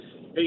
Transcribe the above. Hey